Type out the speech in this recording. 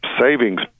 savings